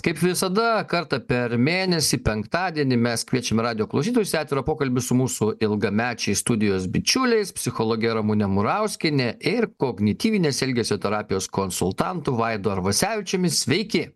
kaip visada kartą per mėnesį penktadienį mes kviečiame radijo klausytojus į atvirą pokalbį su mūsų ilgamečiais studijos bičiuliais psichologe ramune murauskiene ir kognityvinės elgesio terapijos konsultantu vaidu arvasevičiumi sveiki